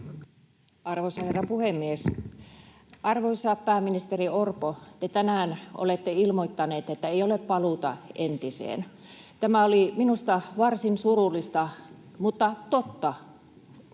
Arvoisa herra puhemies! Arvoisa pääministeri Orpo, te tänään olette ilmoittanut, että ei ole paluuta entiseen. Tämä oli minusta varsin surullista mutta totta,